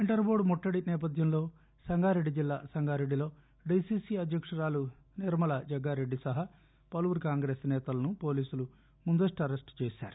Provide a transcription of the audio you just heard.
inter board ముట్టడి నేపథ్యంలో సంగారెడ్డిజిల్లా సంగారెడ్డిలో డీసీసీ అధ్యక్షురాలు నిర్మలా జగ్గారెడ్డి సహా పలువురు కాంగ్రెస్ నేతలను పోలీసులు ముందస్తు అరెస్టు చేశారు